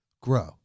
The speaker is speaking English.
grow